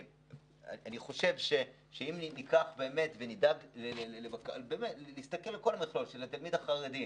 אני חושב שאם נדאג להסתכל על כל המכלול של התלמיד החרדי,